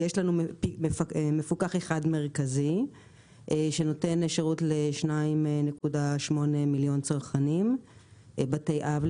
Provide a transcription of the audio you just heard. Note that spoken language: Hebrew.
יש לנו מפוקח אחד מרכזי שנותן שירות ל-2.8 מיליון בתי אב,